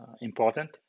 important